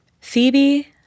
Phoebe